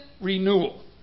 renewal